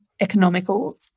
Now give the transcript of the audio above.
economical